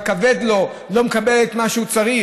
כבד לו, שהוא לא מקבל את מה שהוא צריך.